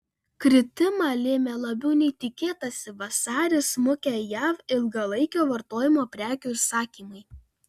kritimą lėmė labiau nei tikėtasi vasarį smukę jav ilgalaikio vartojimo prekių užsakymai